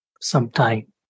sometime